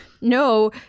no